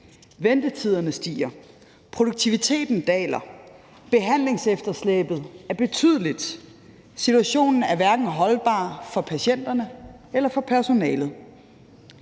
Ventetiderne stiger, produktiviteten daler, behandlingsefterslæbet er betydeligt, og situationen er hverken holdbar for patienterne eller for personalet.